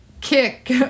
kick